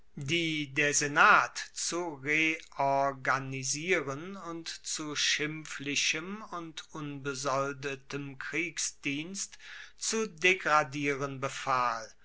der senat zu reorganisieren und zu schimpflichem und unbesoldetem kriegsdienst zu degradieren befahl